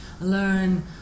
learn